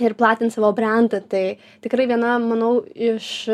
ir platint savo brendą tai tikrai viena manau iš